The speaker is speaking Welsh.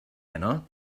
heno